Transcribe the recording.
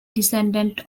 descendent